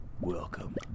Welcome